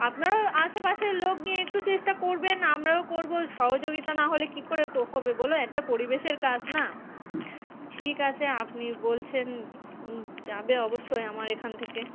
আপনারাও আশেপাশের লোক নিয়ে একটু চেষ্টা করবেন আমরাও করবো সহযোগিতা নাহলে কি করে হবে বলো একটা পরিবেশের কাজ না ঠিক আছে আপনি বলছেন যাবে অবশ্যই আমার এখান থেকে